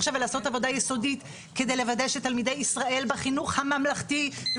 אתן לה עכשיו עוד 30 שניות בגלל ההתפרצויות